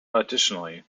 additionally